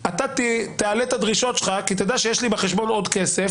אתה תעלה את הדרישות שלך כי אתה יודע שיש לי בחשבון עוד כסף,